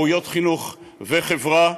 מהויות חינוך וחברה,